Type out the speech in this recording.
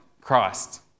Christ